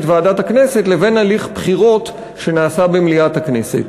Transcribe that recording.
ועדת הכנסת לבין הליך בחירות שנעשה במליאת הכנסת.